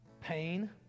pain